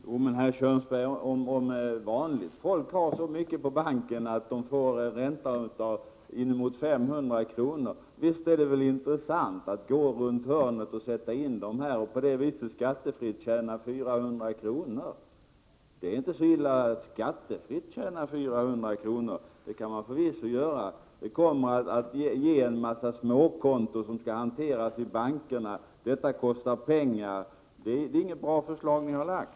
Herr talman! Arne Kjörnsberg, om vanligt folk har så mycket pengar på banken att de får en ränta på inemot 500 kr. , visst är det då intressant att gå runt hörnet och sätta in dessa pengar och på det viset skattefritt tjäna 400 kr. Det är inte så illa att skattefritt tjäna 400 kr. så det kan man förvisso göra. Det kommer att medföra en mängd småkonton som skall hanteras i bankerna och det kostar pengar. Det är inget bra förslag ni har lagt.